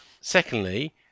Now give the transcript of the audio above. Secondly